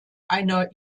einer